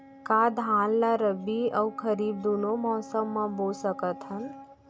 का धान ला रबि अऊ खरीफ दूनो मौसम मा बो सकत हन?